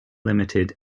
limited